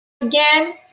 again